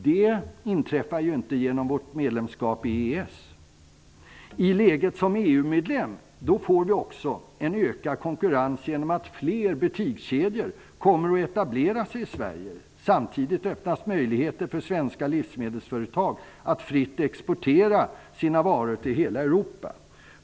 Det inträffar ju inte genom vårt medlemskap i EES. Som EU-medlem får vi också en ökad konkurrens genom att fler butikskedjor kommer att etablera sig i Sverige. Samtidigt öppnas möjligheter för svenska livsmedelsföretag att fritt exportera sina varor till hela Europa.